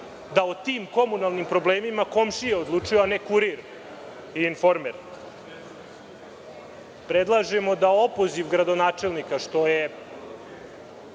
Da o tim komunalnim problemima komšije odlučuju, a ne „Kurir“ i „Informer“. Predlažemo da opoziv gradonačelnika, što je